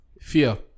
fear